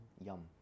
Yum